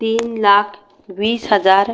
तीन लाख वीस हजार